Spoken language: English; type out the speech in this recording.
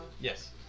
Yes